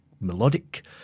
melodic